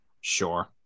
Sure